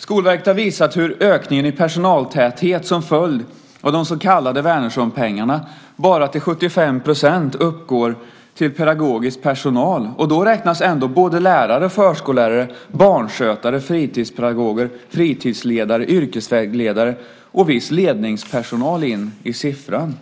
Skolverket har visat att den ökning i personaltäthet som följde av de så kallade Wärnerssonpengarna bara till 75 % utgörs av pedagogisk personal, och då räknas ändå både lärare, förskollärare, barnskötare, fritidspedagoger, fritidsledare, yrkesvägledare och viss ledningspersonal in i siffran.